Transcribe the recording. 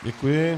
Děkuji.